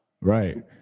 Right